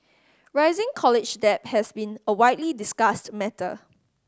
rising college debt has been a widely discussed matter